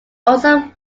also